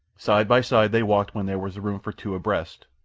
side by side they walked when there was room for two abreast.